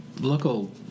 local